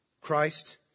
Christ